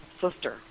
sister